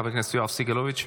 חבר הכנסת יואב סגלוביץ',